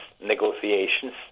negotiations